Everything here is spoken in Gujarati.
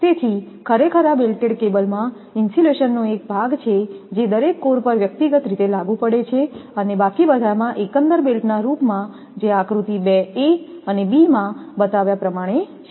તેથી ખરેખર આ બેલ્ટેડ કેબલમાં ઇન્સ્યુલેશનનો એક ભાગ છે જે દરેક કોર પર વ્યક્તિગત રીતે લાગુ પડે છે અને બાકી બધા માં એકંદર બેલ્ટના રૂપમાં જે આકૃતિ 2 a અને b માં બતાવ્યા પ્રમાણે છે